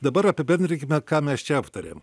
dabar apibendrinkime ką mes čia aptarėm